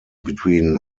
between